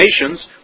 nations